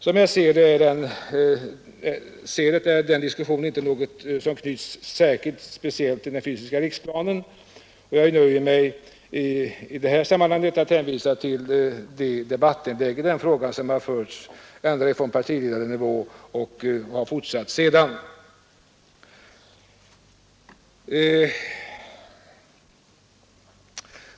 Som jag ser det är den diskussionen inte något som knyts särskilt till den fysiska planeringen. Jag nöjer mig med att i det här sammanhanget hänvisa till den debatt som förts från partiledarnivå och nedåt.